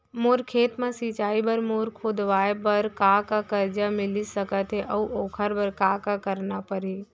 मोर खेत म सिंचाई बर बोर खोदवाये बर का का करजा मिलिस सकत हे अऊ ओखर बर का का करना परही?